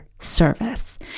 service